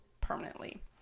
permanently